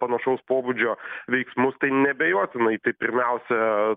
panašaus pobūdžio veiksmus tai neabejotinai tai pirmiausia